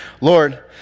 Lord